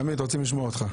עמית, רוצים לשמוע אותך.